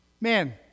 Man